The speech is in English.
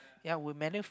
ya we manu~